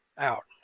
Out